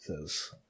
Says